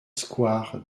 square